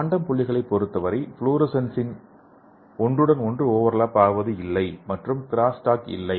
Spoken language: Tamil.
குவாண்டம் புள்ளிகளைப் பொறுத்தவரை ஃப்ளோரசன்ஸ் ஒன்றுடன் ஒன்று ஓவர்லாப் ஆவது இல்லை மற்றும் கிராஸ் டாக் இல்லை